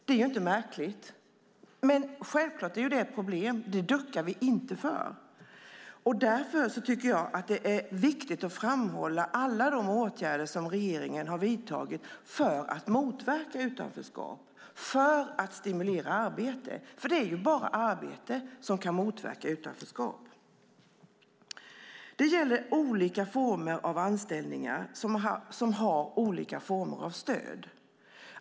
Det är inte märkligt. Men självklart är detta ett problem; det duckar vi inte inför. Därför tycker jag att det är viktigt att framhålla alla åtgärder som regeringen vidtagit för att motverka utanförskap, för att stimulera till arbete. Det är bara arbete som kan motverka utanförskap. Det gäller olika former av anställningar med olika former av stöd.